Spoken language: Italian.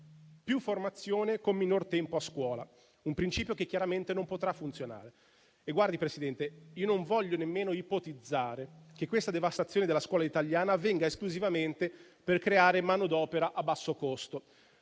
più formazione con minor tempo a scuola, principio che chiaramente non potrà funzionare. Guardi, Presidente, non voglio nemmeno ipotizzare che questa devastazione della scuola italiana avvenga esclusivamente per creare manodopera a basso costo,